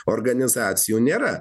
organizacijų nėra